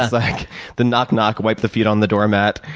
like the knock knock, wipe the feet on the door mat.